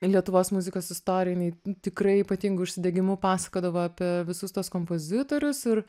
lietuvos muzikos istorinį tikrai ypatingu užsidegimu pasakodavo apie visus tuos kompozitorius ir